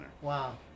Wow